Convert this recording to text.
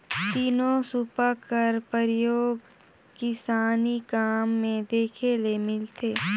तीनो सूपा कर परियोग किसानी काम मे देखे ले मिलथे